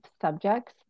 subjects